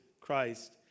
Christ